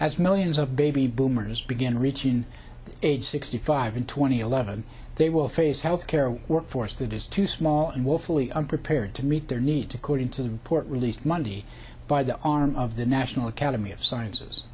as millions of baby boomers begin reaching age sixty five and twenty eleven they will face health care workforce that is too small and willfully unprepared to meet their need to code into the report released monday by the arm of the national academy of sciences